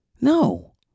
No